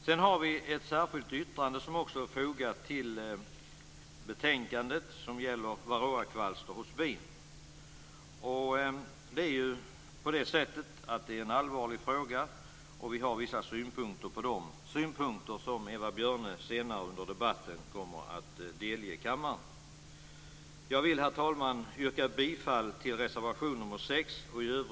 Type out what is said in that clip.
Vi har också ett särskilt yttrande fogat till betänkandet som gäller varroakvalster hos bin. Detta är en allvarlig fråga kring vilken vi har vissa synpunkter, som Eva Björne senare under debatten kommer att delge kammaren. Jag vill, herr talman, yrka bifall till reservation nr